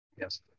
Yes